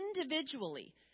individually